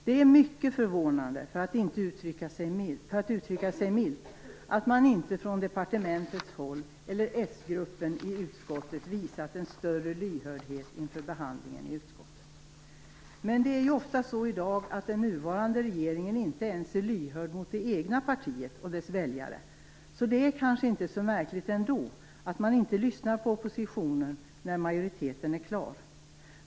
Det är mycket förvånande, för att uttrycka sig milt, att man inte från departementets eller den socialdemokratiska utskottsgruppens håll visat en större lyhördhet inför behandlingen i utskottet. Men det är ju ofta så i dag att den nuvarande regeringen inte ens är lyhörd mot det egna partiet och dess väljare, så det kanske inte är så märkligt ändå att man inte lyssnar på oppositionen när majoriteten är klar.